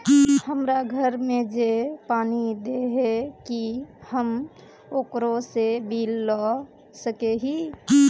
हमरा घर में जे पानी दे है की हम ओकरो से बिल ला सके हिये?